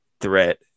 threat